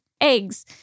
eggs